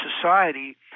Society